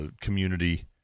community